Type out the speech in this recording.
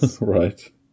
Right